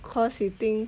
because you think